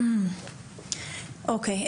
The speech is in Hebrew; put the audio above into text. אוקיי.